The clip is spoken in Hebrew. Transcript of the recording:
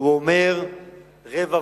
הוא אומר רבבות